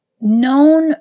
known